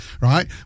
right